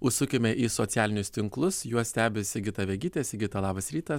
užsukime į socialinius tinklus juos stebi sigita vegytė sigita labas rytas